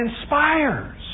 inspires